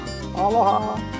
aloha